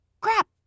crap